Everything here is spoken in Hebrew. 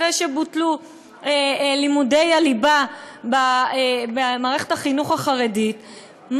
אחרי שבוטלו לימודי הליבה במערכת החינוך החרדית,